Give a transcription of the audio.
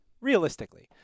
Realistically